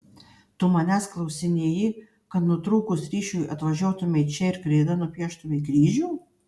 tu manęs klausinėji kad nutrūkus ryšiui atvažiuotumei čia ir kreida nupieštumei kryžių